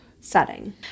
setting